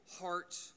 heart